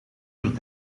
uur